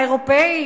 מהאירופים,